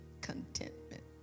contentment